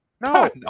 No